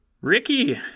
Ricky